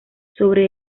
sobre